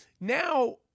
Now